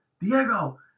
Diego